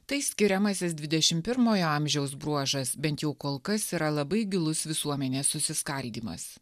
tai skiriamasis dvidešim pirmojo amžiaus bruožas bent jau kol kas yra labai gilus visuomenės susiskaldymas